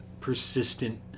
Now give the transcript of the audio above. persistent